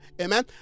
amen